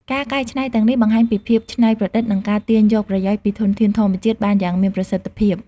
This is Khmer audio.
ការកែច្នៃទាំងនេះបង្ហាញពីភាពច្នៃប្រឌិត និងការទាញយកប្រយោជន៍ពីធនធានធម្មជាតិបានយ៉ាងមានប្រសិទ្ធភាព។